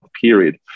period